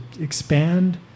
expand